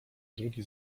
drugi